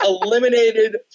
eliminated